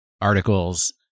articles